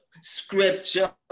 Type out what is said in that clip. Scripture